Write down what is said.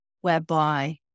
whereby